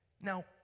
Now